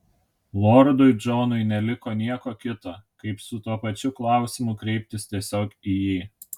lordui džonui neliko nieko kita kaip su tuo pačiu klausimu kreiptis tiesiog į jį